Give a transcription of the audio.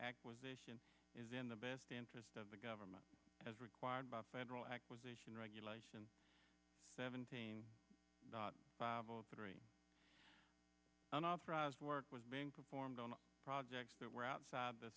acquisition is in the best interest of the government as required by federal acquisition regulation seventeen five zero three unauthorized work was being performed on projects that were outside